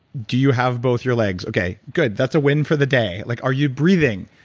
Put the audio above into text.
do you have both your legs? okay. good. that's a win for the day. like are you breathing?